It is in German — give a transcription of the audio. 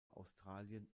australien